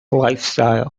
lifestyle